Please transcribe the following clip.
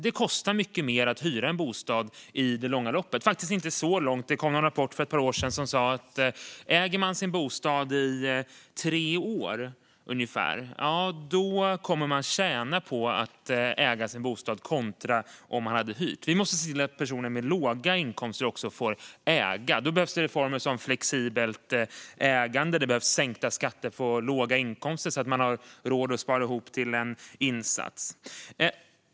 Det kostar mycket mer att hyra en bostad i det långa - och faktiskt inte så långa - loppet. Det kom för ett par år sedan en rapport som sa att den som äger sin bostad i ungefär tre år kommer att tjäna på det jämfört med om den hade hyrt. Vi måste se till att personer med låga inkomster också får äga. Då behövs det reformer som flexibelt ägande och sänkta skatter på låga inkomster, så att man har råd att spara ihop till en insats.